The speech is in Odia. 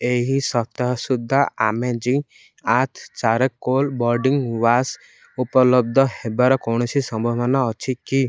ଏହି ସପ୍ତାହ ସୁଦ୍ଧା amazing earth charcoal body wash ଉପଲବ୍ଧ ହେବାର କୌଣସି ସମ୍ଭାବନା ଅଛି କି